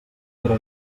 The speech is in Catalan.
era